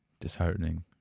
disheartening